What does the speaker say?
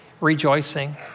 rejoicing